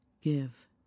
give